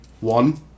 One